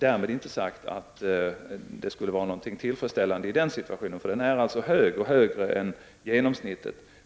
Därmed inte sagt att situationen skulle vara tillfredsställande. Siffran är hög, högre än genomsnittet.